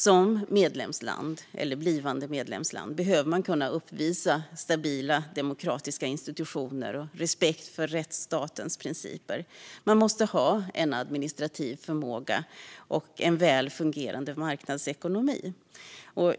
Som medlemsland, eller blivande medlemsland, behöver man kunna uppvisa stabila demokratiska institutioner och en respekt för rättsstatens principer. Man måste ha en administrativ förmåga och en väl fungerande marknadsekonomi.